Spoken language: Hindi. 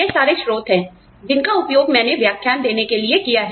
यह सारे स्रोत हैं जिनका उपयोग मैंने व्याख्यान देने के लिए किया है